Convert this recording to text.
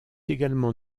également